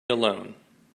alone